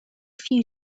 few